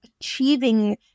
achieving